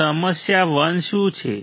તો સમસ્યા 1 શું છે